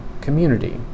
community